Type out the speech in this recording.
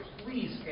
please